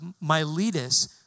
Miletus